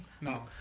No